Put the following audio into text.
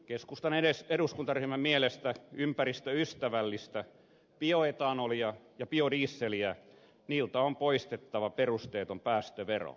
keskustan eduskuntaryhmän mielestä ympäristöystävälliseltä bioetanolilta ja biodieseliltä on poistettava perusteeton päästövero